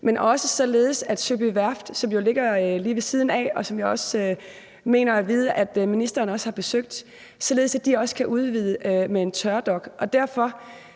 men også sikre, at Søby Værft, som jo ligger lige ved siden af, og som jeg mener at vide at ministeren også har besøgt, kan udvide med en tørdok. Og derfor